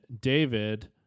David